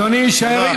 אדוני יישאר.